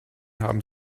haben